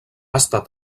estat